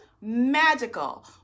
magical